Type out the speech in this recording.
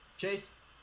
Chase